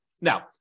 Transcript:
Now